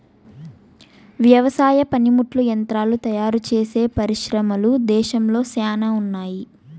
వ్యవసాయ పనిముట్లు యంత్రాలు తయారుచేసే పరిశ్రమలు దేశంలో శ్యానా ఉన్నాయి